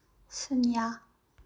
ꯁꯨꯟꯌꯥ